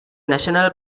national